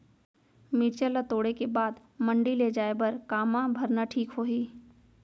मिरचा ला तोड़े के बाद मंडी ले जाए बर का मा भरना ठीक होही?